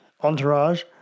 Entourage